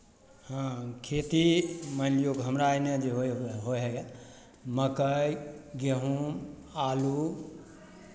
हँ खेती मानि लियौ कि हमरा एन्नऽ जे होइ होइ हए मक्कइ गहुम आलू